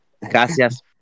Gracias